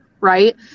Right